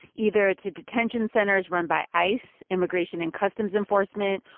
either to detention centers run by ice, immigration and customs enforcement,